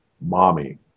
mommy